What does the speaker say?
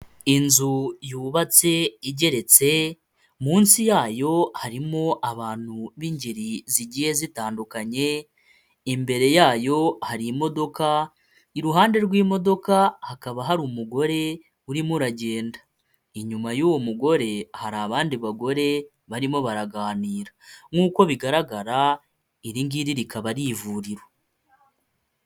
Inzu yubatse igeretse, munsi yayo harimo abantu b'ingeri zigiye zitandukanye, imbere yayo harimo iruhande rw'imodoka hakaba hari umugore urimo uragenda, inyuma y'uwo mugore hari abandi bagore barimo baraganira nk'uko bigaragara iri ngiri rikaba ari ivuriro.